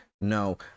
No